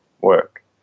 work